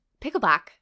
Pickleback